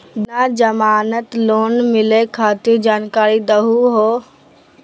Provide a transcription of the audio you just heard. बिना जमानत लोन मिलई खातिर जानकारी दहु हो?